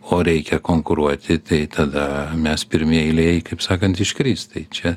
o reikia konkuruoti tai tada mes pirmi eilėj kaip sakant iškrist tai čia